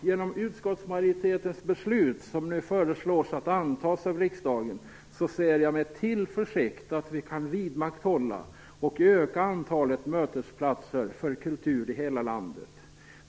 Genom utskottsmajoritetens beslut, som nu föreslås att antas av riksdagen, ser jag med tillförsikt att vi kan vidmakthålla och öka antalet mötesplatser för kultur i hela landet.